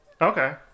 Okay